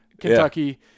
Kentucky